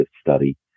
study